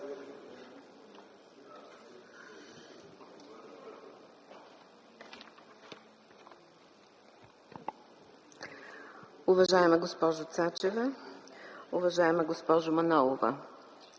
Уважаема госпожо Цачева! Уважаема госпожо Манолова,